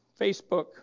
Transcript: Facebook